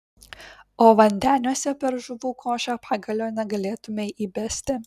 o vandeniuose per žuvų košę pagalio negalėtumei įbesti